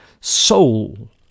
soul